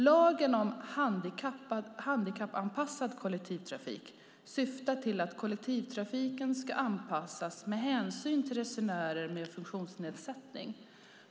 Lagen om handikappanpassad kollektivtrafik syftar till att kollektivtrafiken ska anpassas med hänsyn till resenärer med funktionsnedsättning.